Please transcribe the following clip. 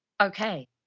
Okay